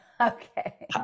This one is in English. Okay